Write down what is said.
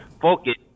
focus